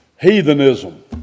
heathenism